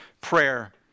prayer